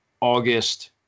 August